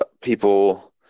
people